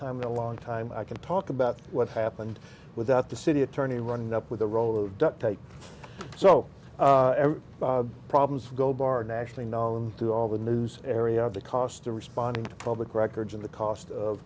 time in a long time i can talk about what happened without the city attorney running up with a roll of duct tape so the problems go bar nationally known to all the news area the cost of responding to public records and the cost